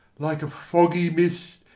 like a foggy mist.